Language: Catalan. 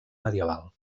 medieval